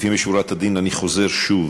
לפנים משורת הדין אני חוזר שוב: